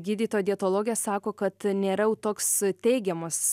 gydytoja dietologė sako kad nėra jau toks teigiamas